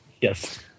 Yes